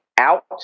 out